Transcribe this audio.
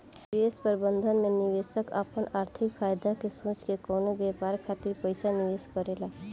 निवेश प्रबंधन में निवेशक आपन आर्थिक फायदा के सोच के कवनो व्यापार खातिर पइसा निवेश करेला